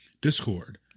discord